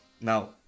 now